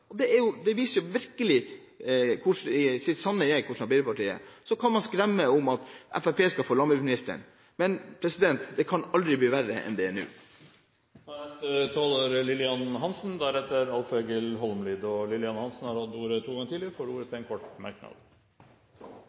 større. Det er jo helt i tråd med Arbeiderpartiets politikk, for representanten Lillian Hansen sier vi skal fôre Sverige med arbeidsplasser. Det viser virkelig Arbeiderpartiets sanne jeg, hvordan partiet er. Man kan skremme med at Fremskrittspartiet skal få landbruksministeren, men det kan aldri bli verre enn det er nå. Representanten Lillian Hansen har hatt ordet to ganger tidligere og får ordet til en kort merknad,